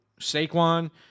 Saquon